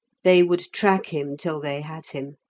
they would track him till they had him.